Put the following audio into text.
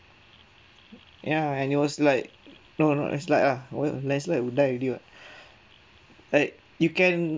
ya and it was like no no there's light uh will less light would die already [what] like you can